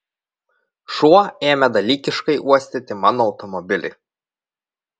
šuo ėmė dalykiškai uostyti mano automobilį